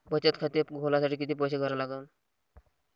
बचत खाते खोलासाठी किती पैसे भरा लागन?